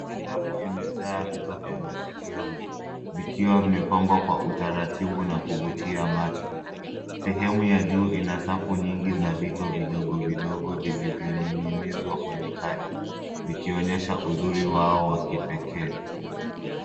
Rafu imejaa vito vya masikioni, vikiwa vimepangwa kwa utaratibu na kuvutia macho. Sehemu ya juu ina safu nyingi za vito vidogo vidogo vilivyoning'inizwa kwenye kadi, vikionyesha uzuri wao wa kipekee.